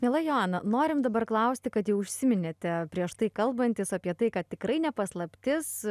miela joana norim dabar klausti kad jau užsiminėte prieš tai kalbantis apie tai kad tikrai ne paslaptis